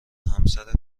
همسر